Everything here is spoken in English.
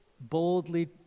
boldly